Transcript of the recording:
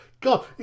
God